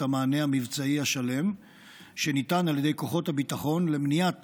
המענה המבצעי השלם שניתן על ידי כוחות הביטחון למניעת